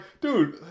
dude